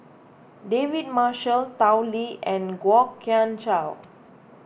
David Marshall Tao Li and Kwok Kian Chow